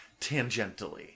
tangentially